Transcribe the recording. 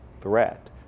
threat